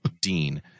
Dean